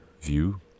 view